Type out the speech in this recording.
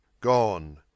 Gone